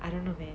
I don't know man